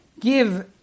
give